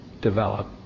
develop